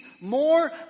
more